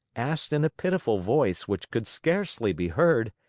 asked in a pitiful voice which could scarcely be heard